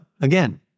again